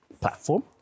platform